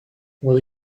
will